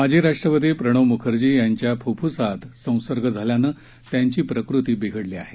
माजी राष्ट्रपती प्रणव मुखर्जी यांच्या फुफ्पुसात संसर्ग झाल्यानं त्यांची प्रकृती बिघडली आहे